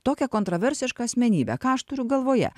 tokią kontraversišką asmenybę ką aš turiu galvoje